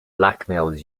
blackmails